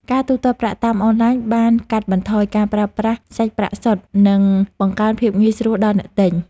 ការទូទាត់ប្រាក់តាមអនឡាញបានកាត់បន្ថយការប្រើប្រាស់សាច់ប្រាក់សុទ្ធ និងបង្កើនភាពងាយស្រួលដល់អ្នកទិញ។